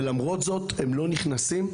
ולמרות זאת הם לא נכנסים.